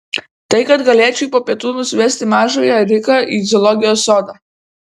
tai kad galėčiau po pietų nusivesti mažąją riką į zoologijos sodą